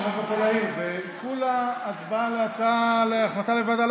אני רק רוצה להעיר: זו כולה הצבעה על הצעה להעברת להחלטה הצעה לוועדה.